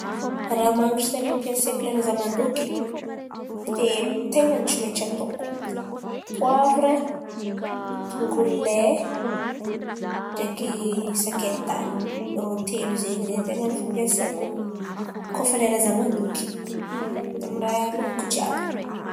Ràha mangitry ten̈a ampiasaiko lera izaho mandoky, telo ten̈a ny tsy maintsy ataoko: poavra, tongolo lay ndraiky sakay tany. Irô telo zay zen̈y ten̈a fampiasaiko kôa fa lera izaho mandoky, amin'ny ràha haloliko jiàby.